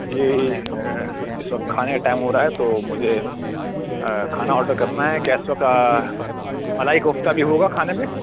جی اس وقت کھانے کا ٹائم ہو رہا ہے تو مجھے کھانا آڈر کرنا ہے کیا اس وقت ملائی کوفتہ بھی ہوگا کھانے میں